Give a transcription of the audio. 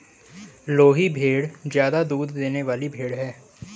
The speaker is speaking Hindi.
लोही भेड़ ज्यादा दूध देने वाली भेड़ है